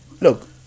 look